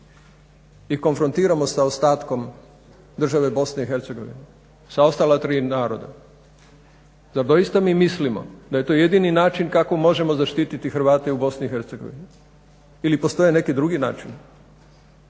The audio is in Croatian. i konfrontiramo sa ostatkom države BiH sa ostala tri naroda. Zar doista mi mislimo da je to jedini način kako možemo zaštiti Hrvate u BiH ili postoje neki drugi načini,